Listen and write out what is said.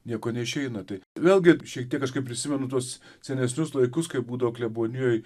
nieko neišeina tai vėlgi šiek tiek aš kaip prisimenu tuos senesnius laikus kai būdavo klebonijoje